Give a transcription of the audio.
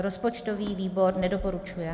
Rozpočtový výbor nedoporučuje.